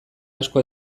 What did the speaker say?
asko